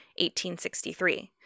1863